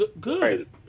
Good